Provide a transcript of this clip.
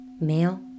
male